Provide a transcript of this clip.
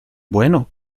bueno